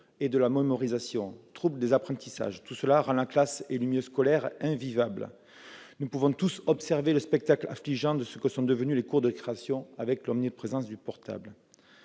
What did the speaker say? et de la mémorisation, troubles des apprentissages. Tout cela rend la classe et le milieu scolaire invivables. Nous pouvons tous observer le spectacle affligeant de ce que sont devenues les cours de création du fait de l'omniprésence du portable.